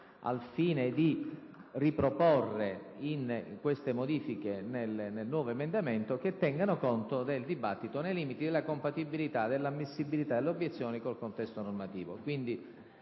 al fine di riproporre tali modifiche in un nuovo emendamento, che tengano conto del dibattito, nei limiti della compatibilità e dell'ammissibilità delle obiezioni con il contesto normativo.